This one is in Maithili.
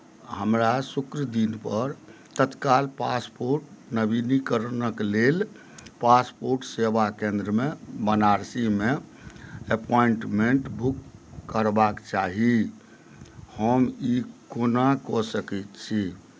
हमरा शुक्र दिनपर तत्काल पासपोर्ट नवीनीकरणक लेल पासपोर्ट सेवा केन्द्रमे बनारसीमे एप्वाइन्टमेंट बुक करबाक चाही हम ई कोना कऽ सकैत छी